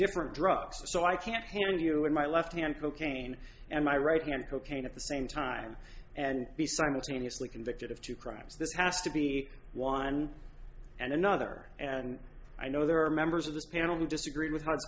different drugs so i can't hand you in my left hand cocaine and my right hand cocaine at the same time and be simultaneously convicted of two crimes this has to be one and another and i know there are members of this panel who disagree with